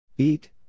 Eat